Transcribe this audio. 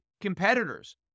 competitors